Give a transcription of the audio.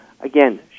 again